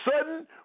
sudden